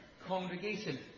congregation